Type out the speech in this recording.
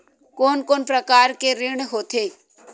कोन कोन प्रकार के ऋण होथे?